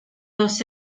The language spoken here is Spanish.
dos